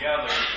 together